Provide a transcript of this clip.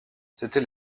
c’était